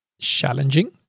challenging